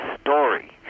story